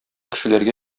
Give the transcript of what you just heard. кешеләргә